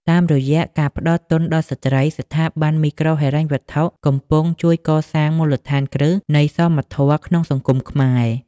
តាមរយៈការផ្ដល់ទុនដល់ស្ត្រី ស្ថាប័នមីក្រូហិរញ្ញវត្ថុកំពុងជួយកសាងមូលដ្ឋានគ្រឹះនៃសមធម៌ក្នុងសង្គមខ្មែរ។